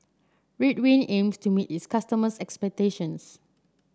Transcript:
Ridwind aims to meet its customers' expectations